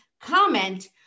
comment